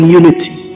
unity